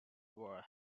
were